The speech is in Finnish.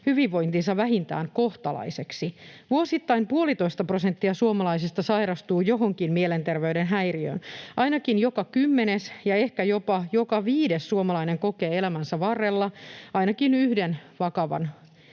hyvinvointinsa vähintään kohtalaiseksi. Vuosittain 1,5 prosenttia suomalaisista sairastuu johonkin mielenterveyden häiriöön. Ainakin joka kymmenes ja ehkä jopa joka viides suomalainen kokee elämänsä varrella ainakin yhden vakavan